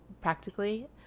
practically